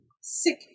sick